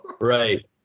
Right